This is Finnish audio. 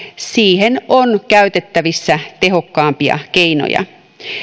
siihen on käytettävissä tehokkaampia keinoja